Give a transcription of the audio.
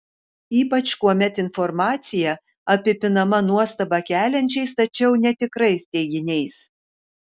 ypač kuomet informacija apipinama nuostabą keliančiais tačiau netikrais teiginiais